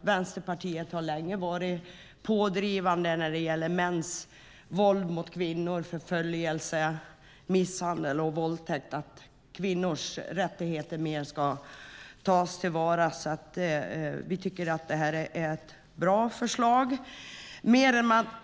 Vänsterpartiet har länge varit pådrivande att kvinnors rättigheter mer ska tas till vara när det gäller mäns våld mot kvinnor, förföljelse, misshandel och våldtäkt. Vi tycker att detta är ett bra förslag.